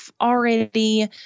already